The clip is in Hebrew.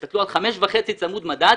תסתכלו על 5.5 צמוד מדד,